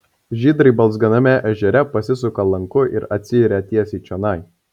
žydrai balzganame ežere pasisuka lanku ir atsiiria tiesiai čionai